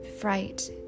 Fright